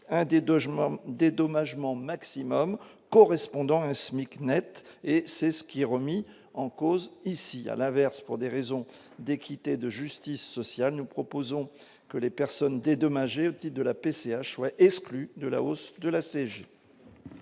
dédommagement maximum correspondant à un SMIC Net et c'est ce qui est remis en cause ici, à l'inverse, pour des raisons d'équité, de justice sociale, nous proposons que les personnes dédommager petit de la PCH ouais, exclu de la hausse de la CSG.